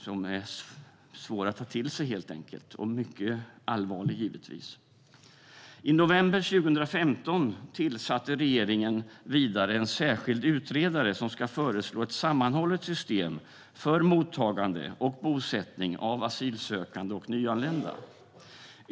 Den är svår att ta till sig och givetvis mycket allvarlig. I november 2015 tillsatte regeringen vidare en särskild utredare som ska föreslå ett sammanhållet system för mottagande och bosättning av asylsökande och nyanlända.